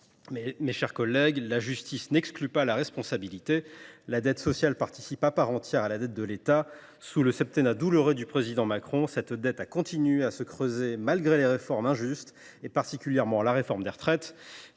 mes chers collègues, la justice n’exclut pas la responsabilité. La dette sociale participe à part entière de la dette de l’État. Sous le septennat douloureux du président Macron, cette dette a continué à se creuser malgré les réformes injustes, particulièrement celle des retraites